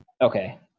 Okay